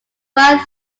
right